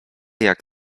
jak